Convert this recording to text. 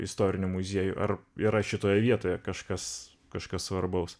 istorinių muziejų ar yra šitoje vietoje kažkas kažkas svarbaus